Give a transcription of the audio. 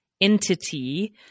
entity